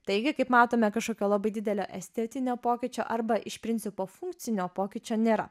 taigi kaip matome kažkokio labai didelio estetinio pokyčio arba iš principo funkcinio pokyčio nėra